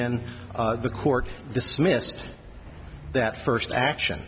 then the court dismissed that first action